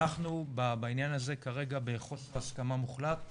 אנחנו בעניין הזה כרגע בחוסר הסכמה מוחלט.